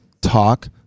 talk